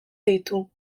ditu